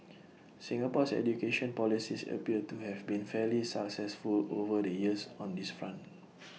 Singapore's education policies appear to have been fairly successful over the years on this front